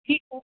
ठीकु आहे